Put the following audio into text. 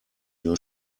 your